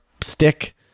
stick